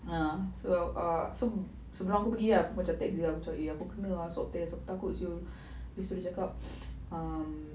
ah so uh sebelum aku pergi aku macam text dia macam eh aku kena ah swab test aku takut [siol] habis tu dia cakap um